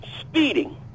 Speeding